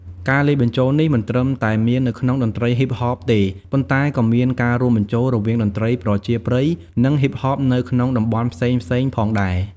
ការលាយបញ្ចូលនេះមិនត្រឹមតែមាននៅក្នុងតន្ត្រីហ៊ីបហបទេ ប៉ុន្តែក៏មានការរួមបញ្ចូលរវាងតន្ត្រីប្រជាប្រិយ និងហ៊ីបហបនៅក្នុងតំបន់ផ្សេងៗផងដែរ។